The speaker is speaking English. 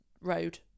road